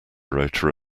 rota